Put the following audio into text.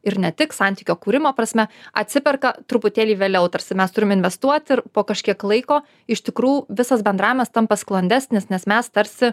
ir ne tik santykio kūrimo prasme atsiperka truputėlį vėliau tarsi mes turim investuoti ir po kažkiek laiko iš tikrų visas bendravimas tampa sklandesnis nes mes tarsi